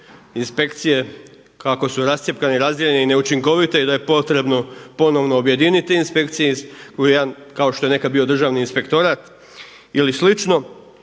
Inspekcije kako su rascjepkane i razdijeljene i neučinkovite i da je potrebno ponovno objedinit te inspekcije u jedan kao što je nekad bio državni inspektorat ili